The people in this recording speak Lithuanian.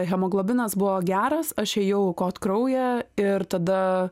hemoglobinas buvo geras aš ėjau aukot kraują ir tada